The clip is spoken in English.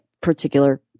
particular